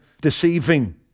deceiving